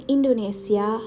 Indonesia